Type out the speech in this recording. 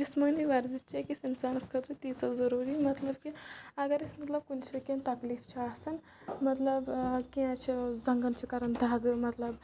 جسمٲنی ورزش چھِ أکِس انسانس خٲطرٕ تیٖژہ ضروٗری مطلب کہِ اگر أسۍ کُنہِ جایہِ کینٛہہ تکلیٖف چھُ آسان مطلب کینٛہہ چھِ زنٛگن چھِ کران دگ مطلب